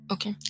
Okay